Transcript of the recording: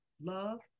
love